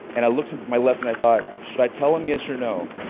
and i looked to my left and i thought should i tell them? yes or no.